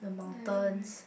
I know right